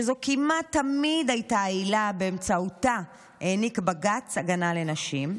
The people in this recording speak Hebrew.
שזו כמעט תמיד הייתה העילה שבאמצעותה העניק בג"ץ הגנה לנשים,